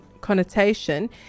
connotation